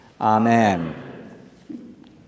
Amen